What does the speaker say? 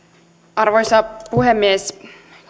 arvoisa puhemies